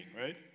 right